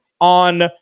on